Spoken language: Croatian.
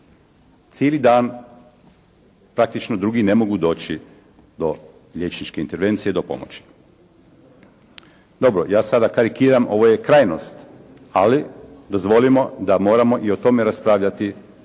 Cijeli dan praktično drugi ne mogu doći do liječničke intervencije, do pomoći. Dobro ja sada karikiram, ovo je krajnost, ali dozvolimo da moramo i o tome raspravljati i